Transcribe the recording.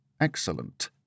Excellent